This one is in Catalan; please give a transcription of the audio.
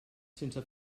sense